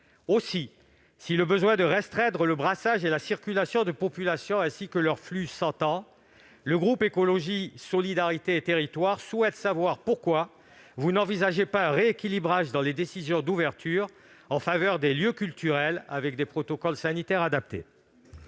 Aussi, si le besoin de restreindre le brassage et la circulation des populations s'entend, le groupe Écologiste - Solidarité et Territoires souhaite savoir pourquoi vous n'envisagez pas d'opérer un rééquilibrage dans les décisions d'ouverture en faveur des lieux culturels, avec des protocoles sanitaires adaptés.